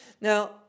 now